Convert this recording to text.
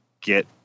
get